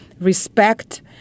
respect